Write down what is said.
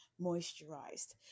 moisturized